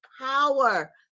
power